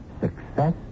success